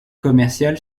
commercial